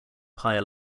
higher